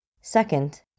Second